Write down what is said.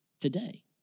today